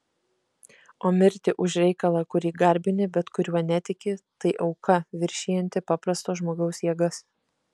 o mirti už reikalą kurį garbini bet kuriuo netiki tai auka viršijanti paprasto žmogaus jėgas